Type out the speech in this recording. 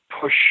push